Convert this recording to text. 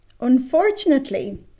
Unfortunately